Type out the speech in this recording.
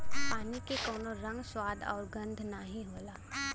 पानी के कउनो रंग, स्वाद आउर गंध नाहीं होला